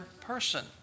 person